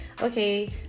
okay